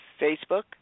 Facebook